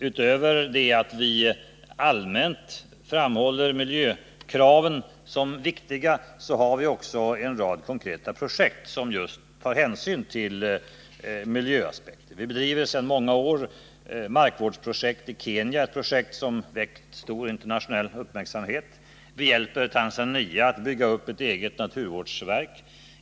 Utöver att vi allmänt framhåller miljökraven har vi en rad konkreta projekt där vi tar hänsyn till just miljöaspekterna. Sedan många år bedriver vi ett markvårdsprojekt i Kenya, ett projekt som väckt stor internationell uppmärksamhet. Vi hjälper Tanzania att bygga upp ett eget naturvårdsverk.